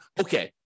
okay